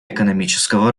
экономического